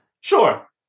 Sure